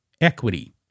equity